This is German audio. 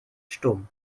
stumm